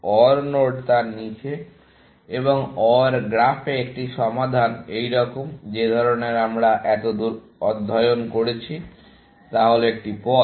OR node তার নীচে এবং OR গ্রাফে একটি সমাধান এইরকম যে ধরনের আমরা এতদূর অধ্যয়ন করছি তা হল একটি পথ